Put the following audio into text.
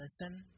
listen